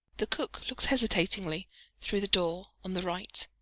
the cook looks hesitatingly through the door on the right,